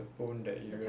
the bone that you